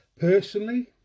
Personally